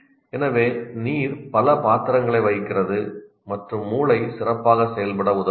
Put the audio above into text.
எனவே நீர் பல பாத்திரங்களை வகிக்கிறது மற்றும் மூளை சிறப்பாக செயல்பட உதவுகிறது